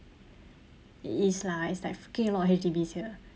it is lah it's like freaking a lot of H_D_Bs here